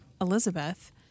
Elizabeth